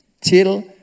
till